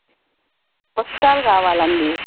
పుస్తకాలు కావాలండి